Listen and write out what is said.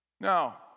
Now